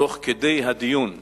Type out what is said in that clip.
תוך כדי הדיון שהיה,